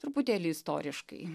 truputėlį istoriškai